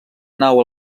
nau